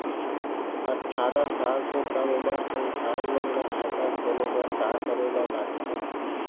अट्ठारह साल से कम उमर के इंसान मन ला खाता खोले बर का करे ला लगथे?